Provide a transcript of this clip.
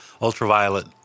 ultraviolet